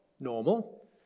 normal